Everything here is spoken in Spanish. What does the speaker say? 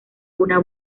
una